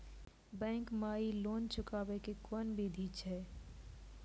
Bank माई loan चुकाबे के कोन बिधि छै?